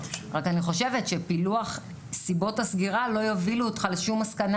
רק אני חושבת שפילוח סיבות הסגירה לא יובילו אותך לשום מסקנה